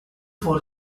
for